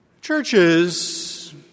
Churches